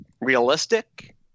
realistic